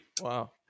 wow